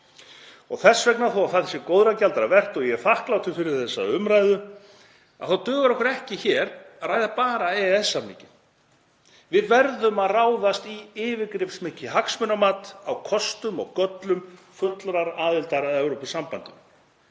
Þess vegna, þó að það sé góðra gjalda vert, og ég er þakklátur fyrir þessa umræðu, þá dugar okkur ekki hér að ræða bara EES-samninginn. Við verðum að ráðast í yfirgripsmikið hagsmunamat á kostum og göllum fullrar aðildar að Evrópusambandinu.